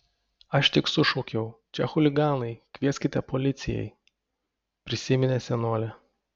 aš tik sušaukiau čia chuliganai kvieskite policijai prisiminė senolė